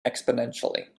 exponentially